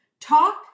Talk